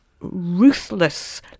ruthless